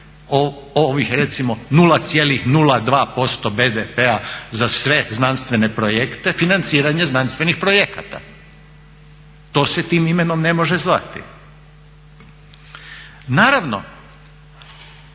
ovih recimo 0,02% BDP-a za sve znanstvene projekte, financiranje znanstvenih projekata. To se tim imenom ne može zvati. Naravno